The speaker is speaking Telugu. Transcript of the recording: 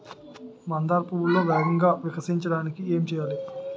మందార పువ్వును వేగంగా వికసించడానికి ఏం చేయాలి?